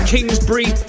Kingsbury